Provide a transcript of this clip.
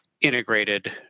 integrated